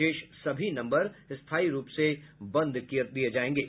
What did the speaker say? शेष सभी नम्बर स्थायी रूप से बंद कर दिये जायेंगे